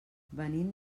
venim